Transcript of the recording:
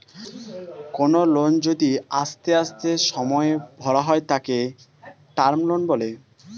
কোনো লোন যদি আস্তে আস্তে সময়ে ভরা হয় তাকে টার্ম লোন বলে